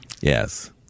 Yes